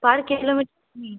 পার kilometre হুম